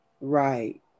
Right